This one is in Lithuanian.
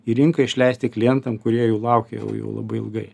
į rinką išleisti klientam kurie jų laukė jau jau labai ilgai